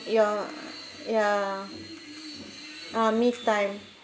your ya ah me time